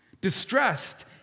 Distressed